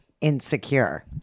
insecure